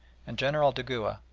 and general dugua,